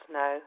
no